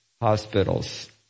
hospitals